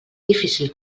difícil